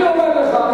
אני אומר לך.